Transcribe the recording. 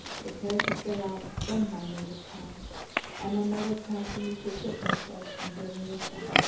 prepared to set out from my native town and my mother counseled me to equip myself and journey with them,